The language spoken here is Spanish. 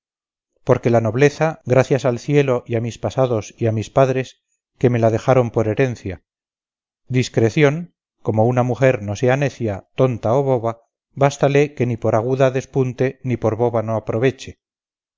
porque la nobleza gracias al cielo y a mis pasados y a mis padres que me la dejaron por herencia discreción como una mujer no sea necia tonta o boba bástale que ni por aguda despunte ni por boba no aproveche